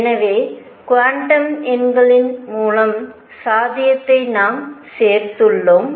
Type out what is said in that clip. எனவே குவாண்டம் எண்களின் மூலம் சாத்தியத்தை நாம் சேர்த்துள்ளோம்